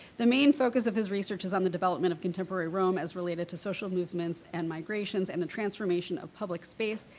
the main focus of his research is on the development of contemporary rome as related to social movements and migrations and the transformation of public space.